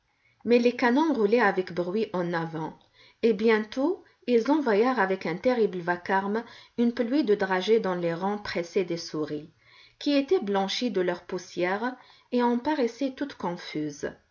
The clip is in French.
mais les canons roulaient avec bruit en avant et bientôt ils envoyèrent avec un terrible vacarme une pluie de dragées dans les rangs pressés des souris qui étaient blanchies de leur poussière et en paraissaient toutes confuses